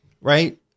right